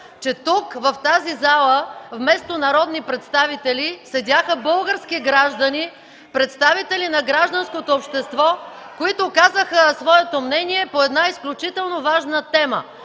Че тук, в тази зала, вместо народни представители седяха български граждани, представители на гражданското общество, които казаха своето мнение по една изключително важна тема